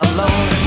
alone